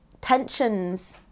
tensions